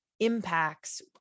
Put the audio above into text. impacts